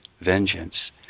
vengeance